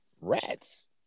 rats